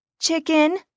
Chicken